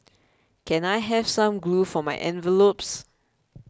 can I have some glue for my envelopes